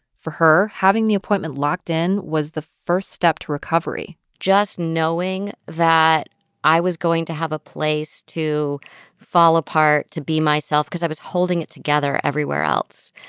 for her, having the appointment locked in was the first step to recovery just knowing that i was going to have a place to fall apart, to be myself, because i was holding it together everywhere else,